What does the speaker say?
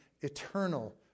eternal